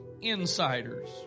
insiders